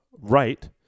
right